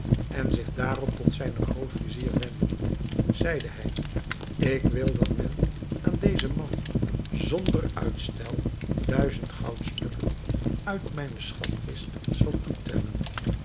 en zich daarop tot zijnen groot-vizier wendende zeide hij ik wil dat men aan dezen man zonder uitstel duizend goudstukken uit mijne schatkist zal toetellen